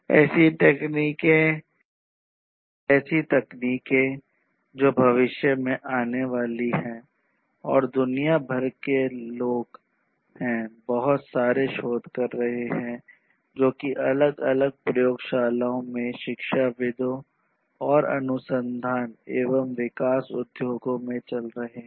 ऐसी तकनीकें जो भविष्य में आने वाली हैं और दुनिया भर में लोग हैं बहुत सारे शोध कर रहे हैं जो कि अलग अलग प्रयोगशालाओं में शिक्षाविदों और अनुसंधान एवं विकास उद्योग में चल रहे हैं